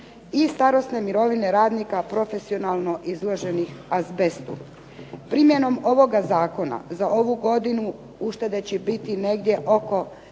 i starosne mirovine radnika profesionalno izloženih azbestu. Primjenom ovoga zakona za ovu godinu uštede će biti negdje oko